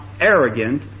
arrogant